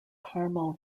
carmel